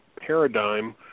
Paradigm